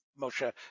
Moshe